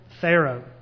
Pharaoh